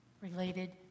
related